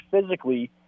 physically